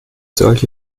solche